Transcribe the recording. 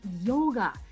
yoga